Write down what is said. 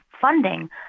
funding